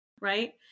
right